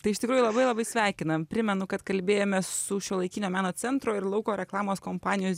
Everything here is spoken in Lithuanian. tai iš tikrųjų labai labai sveikinam primenu kad kalbėjomės su šiuolaikinio meno centro ir lauko reklamos kompanijos